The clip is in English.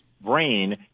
brain